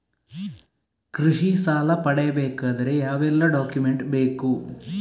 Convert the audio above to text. ಕೃಷಿ ಸಾಲ ಪಡೆಯಬೇಕಾದರೆ ಯಾವೆಲ್ಲ ಡಾಕ್ಯುಮೆಂಟ್ ಬೇಕು?